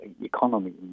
economy